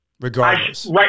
Regardless